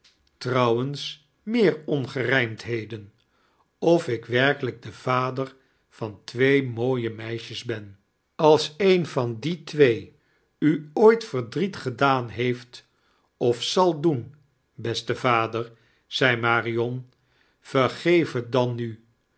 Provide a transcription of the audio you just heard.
trouwens meer ongerijmdheden of ik werkelijk die va'der van twee mooie meisjes ben als een van die twee u ooit verdriet gedaan heeft of zal doen beste vader zei marion vergeef bet dan nu